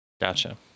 Gotcha